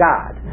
God